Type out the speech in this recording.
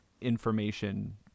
information